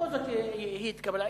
בכל זאת היא התקבלה.